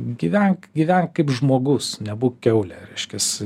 gyvenk gyvenk kaip žmogus nebūk kiaulė reiškias